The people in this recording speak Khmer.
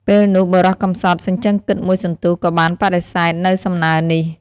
ពេលនោះបុរសកម្សត់ សញ្ជឹងគិតមួយសន្ទុះ ក៏បានបដិសេធន៍នៅសំណើរនេះ។